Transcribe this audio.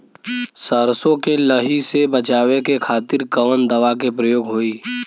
सरसो के लही से बचावे के खातिर कवन दवा के प्रयोग होई?